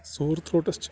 سور تھرٛوٹَس چھِ